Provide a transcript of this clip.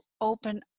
open